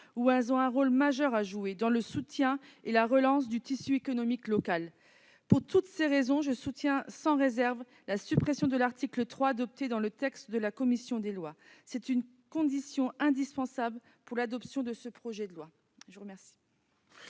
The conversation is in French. où elles ont un rôle majeur à jouer dans le soutien et la relance du tissu économique local. Pour toutes ces raisons, je soutiens sans réserve la suppression de l'article 3, adoptée dans le texte de la commission des lois. C'est une condition indispensable de l'adoption de ce projet de loi.